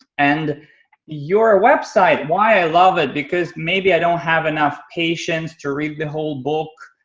and your ah website why i love it because maybe i don't have enough patience to read the whole book,